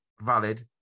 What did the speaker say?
valid